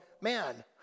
man